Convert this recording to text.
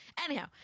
anyhow